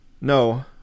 no